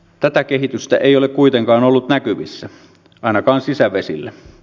tätä kehitystä ei ole kuitenkaan ollut näkyvissä ainakaan sisävesillä